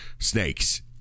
Snakes